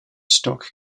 stock